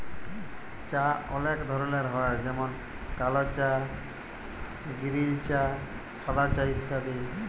চাঁ অলেক ধরলের হ্যয় যেমল কাল চাঁ গিরিল চাঁ সাদা চাঁ ইত্যাদি